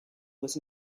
was